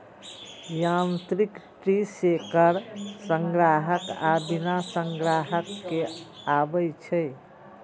यांत्रिक tree shaker संग्राहक आ बिना संग्राहक के आबै छै